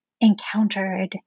encountered